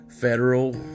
federal